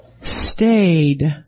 stayed